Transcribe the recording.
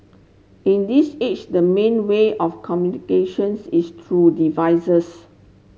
in this age the main way of communications is through devices